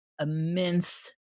immense